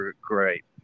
great